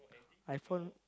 I found